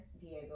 Diego